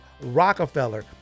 Rockefeller